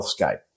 healthscape